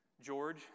George